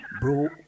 bro